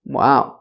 wow